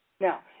Now